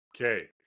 Okay